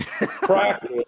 practice